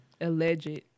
Alleged